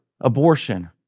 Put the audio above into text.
abortion